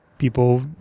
People